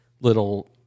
little